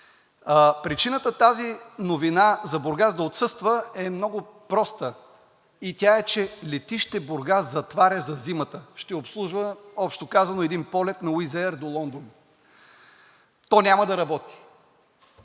причината тази новина за Бургас да отсъства е много проста и тя е, че летище Бургас затваря за зимата, ще обслужва, общо казано, един полет на Wizz Air до Лондон – то няма да работи.